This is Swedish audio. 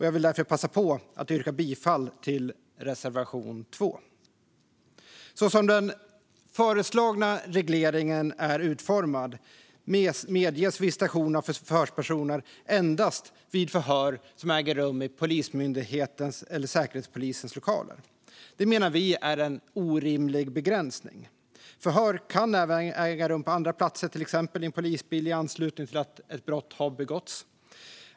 Jag vill passa på att yrka bifall till reservation 2. Så som den föreslagna regleringen är utformad medges visitation av förhörspersoner endast vid förhör som äger rum i Polismyndighetens eller Säkerhetspolisens lokaler. Det menar vi är en orimlig begränsning. Förhör kan även äga rum på andra platser, till exempel i en polisbil i anslutning till att ett brott har begåtts.